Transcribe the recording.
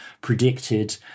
predicted